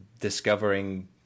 discovering